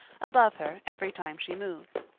above her every time she moved.